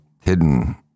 hidden